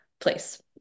place